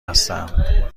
هستم